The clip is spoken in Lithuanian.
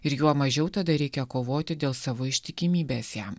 ir juo mažiau tada reikia kovoti dėl savo ištikimybės jam